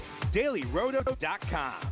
DailyRoto.com